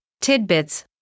tidbits